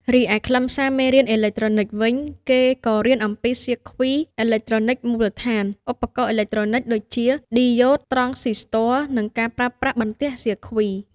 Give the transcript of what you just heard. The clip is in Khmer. រីឯខ្លឹមសារមេរៀនអេឡិចត្រូនិចវិញ គេក៏រៀនអំពីសៀគ្វីអេឡិចត្រូនិចមូលដ្ឋាន ឧបករណ៍អេឡិចត្រូនិចដូចជា ឌីយ៉ូត ត្រង់ស៊ីស្ទ័រ និងការប្រើប្រាស់បន្ទះសៀគ្វី។